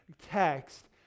text